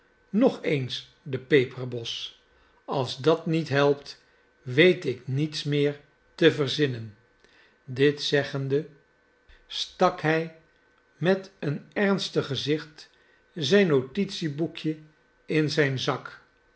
nog eens de peperbos a ls dat niet helpt weet ik niets meer te verzinnen dit zeggende stak hij met een ernstig gezicht zijn notitieboekje in zijn zak